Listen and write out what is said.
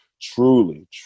Truly